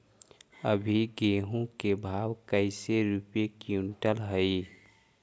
अभी गेहूं के भाव कैसे रूपये क्विंटल हई?